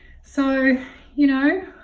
so you know